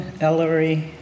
Ellery